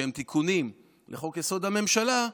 שהם תיקונים לחוק-יסוד: הממשלה,